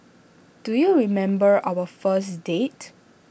do you remember our first date